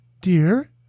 dear